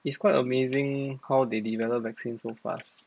it's quite amazing how they develop vaccine so fast